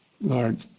Lord